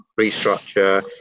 restructure